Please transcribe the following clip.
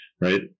right